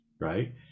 right